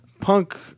Punk